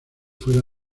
fuera